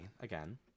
again